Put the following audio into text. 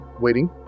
waiting